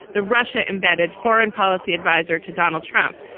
the russia embedded foreign policy adviser to donald trump,